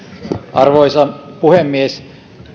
arvoisa puhemies